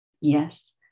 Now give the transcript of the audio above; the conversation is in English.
yes